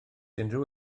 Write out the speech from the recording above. unrhyw